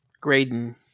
Graydon